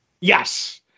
Yes